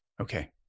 Okay